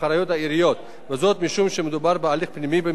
וזאת משום שמדובר בהליך פנימי במסגרת הרשות המקומית,